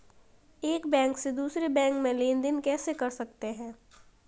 एक बैंक से दूसरे बैंक में लेनदेन कैसे कर सकते हैं?